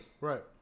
Right